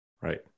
Right